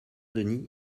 denis